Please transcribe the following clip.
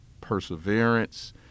perseverance